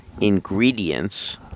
ingredients